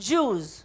Jews